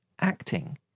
acting